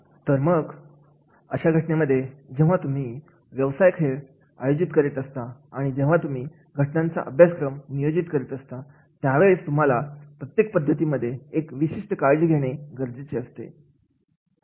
आता तर मग अशा घटनेमध्ये जेव्हा तुम्ही व्यवसाय खेळ आयोजित करीत असतात आणि जेव्हा तुम्ही घटनांचा अभ्यासक्रम नियोजित करीत असतात त्या वेळेस तुम्हाला प्रत्येक पद्धतीमध्ये एक विशिष्ट काळजी घेणे गरजेचे असते